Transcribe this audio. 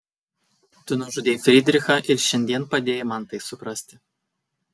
tu nužudei frydrichą ir šiandien padėjai man tai suprasti